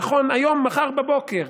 נכון, היום, מחר בבוקר,